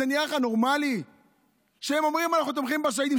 זה נראה לך נורמלי שהם אומרים: אנחנו תומכים בשהידים?